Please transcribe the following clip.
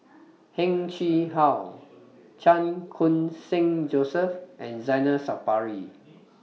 Heng Chee How Chan Khun Sing Joseph and Zainal Sapari